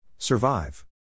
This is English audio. Survive